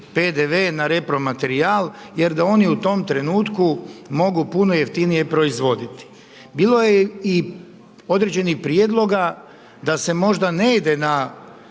na repromaterijal, jer da oni u tom trenutku mogu puno jeftinije proizvoditi. Bilo je i određenih prijedloga da se možda ne ide na